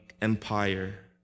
Empire